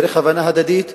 דרך הבנה הדדית,